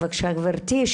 בבקשה גברתי.